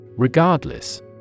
Regardless